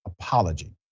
apology